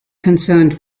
concerned